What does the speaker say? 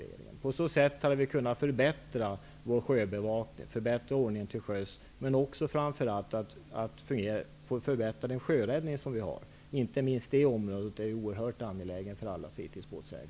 Med det här registret hade vi kunnat förbättra vår sjöbevakning, vi hade kunnat förbättra ordningen till sjöss, men framför allt hade vi kunnat förbättra den sjöräddning som vi har. Inte minst det området är oerhört angeläget för alla fritidsbåtsägare.